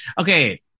Okay